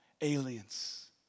aliens